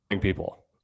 people